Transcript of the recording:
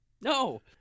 No